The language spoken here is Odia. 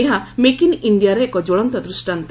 ଏହା 'ମେକ ଇନ୍ ଇଣ୍ଡିଆ'ର ଏକ ଜ୍ୱଳନ୍ତ ଦୃଷ୍ଟାନ୍ତ